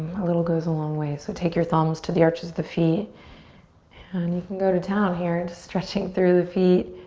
a little goes a long ways. so take your thumbs to the arches of the feet and you can go to town here just and stretching through the feet.